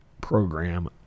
program